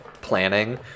planning